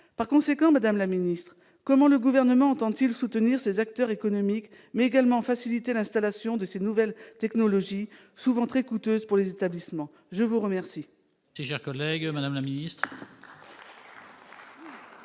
d'entreprendre. Madame la ministre, comment le Gouvernement entend-il soutenir ces acteurs économiques, mais également faciliter l'installation de ces nouvelles technologies, souvent très coûteuses pour les établissements ? La parole